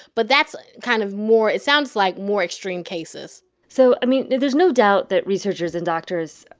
but that's kind of more it sounds like more extreme cases so, i mean, there's no doubt that researchers and doctors,